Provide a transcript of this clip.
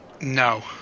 No